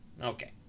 Okay